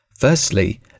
Firstly